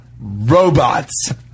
robots